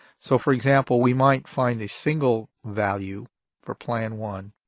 so for example, we might find a single value for plan one,